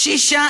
תפסיקי.